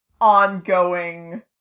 ongoing